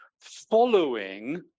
following